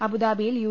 അബുദാ ബിയിൽ യു